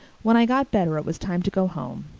when i got better it was time to go home.